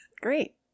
Great